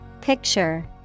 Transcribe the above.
Picture